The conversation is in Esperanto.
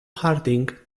harding